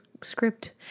script